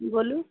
बोलू